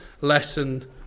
lesson